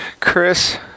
Chris